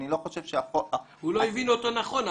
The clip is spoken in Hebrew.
אני לא חושב --- הוא לא הבין אותו נכון,